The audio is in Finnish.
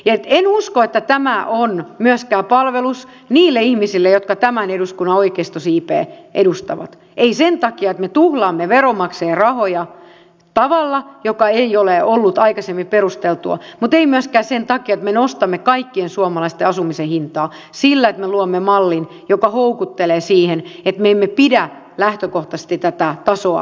en usko että tämä on myöskään palvelus niille ihmisille jotka tämän eduskunnan oikeistosiipeä edustavat ei sen takia että me tuhlaamme veronmaksajan rahoja tavalla joka ei ole ollut aikaisemmin perusteltua mutta ei myöskään sen takia että me nostamme kaikkien suomalaisten asumisen hintaa sillä että me luomme mallin joka houkuttelee siihen että me emme pidä lähtökohtaisesti tätä tasoa riittävän alhaisena